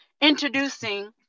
introducing